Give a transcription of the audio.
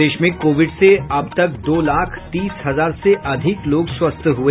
प्रदेश में कोविड से अब तक दो लाख तीस हजार से अधिक लोग स्वस्थ हुए